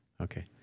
Okay